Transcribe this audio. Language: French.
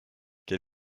quel